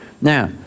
Now